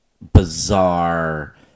bizarre